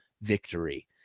victory